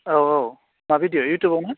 औ औ मा भिडिअ इउटुबावना